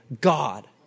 God